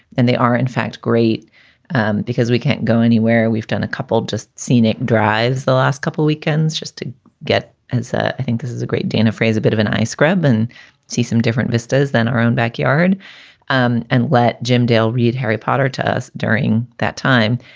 and they are in fact great and because we can't go anywhere. we've done a couple just scenic drives the last couple of weekends just to get as ah i think this is a great dana phrase, a bit of an ice grab and see some different vistas than our own backyard um and let jim dale read harry potter to us during that time.